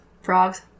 Frogs